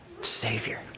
Savior